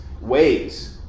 ways